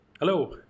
Hello